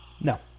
No